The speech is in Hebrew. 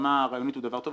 שברמה הרעיונית הוא דבר טוב,